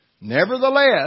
Nevertheless